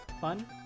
Fun